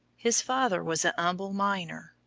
his father was a humble miner,